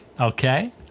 Okay